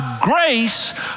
grace